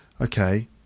Okay